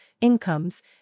incomes